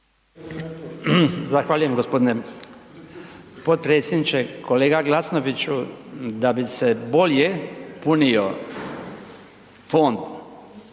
Zahvaljujem g. potpredsjedniče. Kolega Glasnoviću, da bi se bolje punio fond,